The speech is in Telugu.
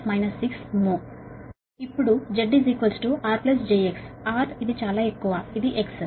ఇప్పుడు Z R j X R ఇది చాలా ఎక్కువ ఇది X